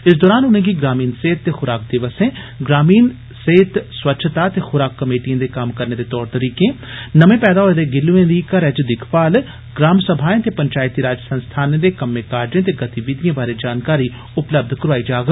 इस दरान उनेंगी ग्रामीण सेहत ते खुराक दिवसें ग्रामीण सेहत स्वच्छता ते खुराक कमेटिएं दे कम्म करने दे तौर तरीके नमें पैदा होए दे गिल्लुएं दी घरै च दिक्खभल ग्राम सभाएं ते पंचायती राज संस्थानें दे कम्में काजें ते गतिविधिएं बारै जानकारी उपलब्ध कराई जाग